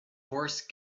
horse